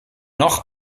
noch